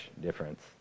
difference